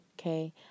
Okay